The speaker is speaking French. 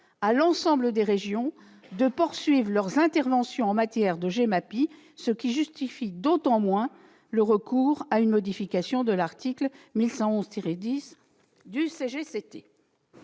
à l'ensemble des régions de poursuivre leur intervention en matière de GEMAPI, ce qui justifie d'autant moins le recours à une modification de cet article L. 1111-10.